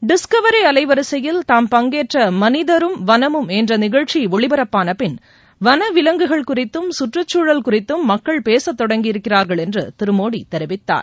Discovery அலைவரிசையில் தாம் பங்கேற்ற மனிதரும் வனமும் என்ற நிகழ்ச்சி ஒளிபரப்பான பின் வனவிலங்குகள் குறித்தும் கற்றுக்சூழல் குறித்தும் மக்கள் பேசத் தொடங்கியிருக்கிறார்கள் என்று திரு மோடி தெரிவித்தார்